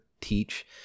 teach